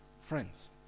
friends